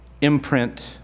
imprint